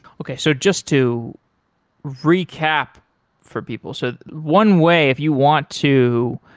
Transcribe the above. okay. so just to recap for people. so one way, if you want to